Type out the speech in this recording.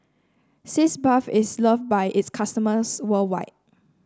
Sitz Bath is loved by its customers worldwide